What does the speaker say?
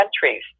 countries